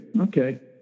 Okay